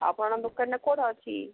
ଆପଣ ଦୋକାନଟା କେଉଁଠି ଅଛି